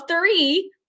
three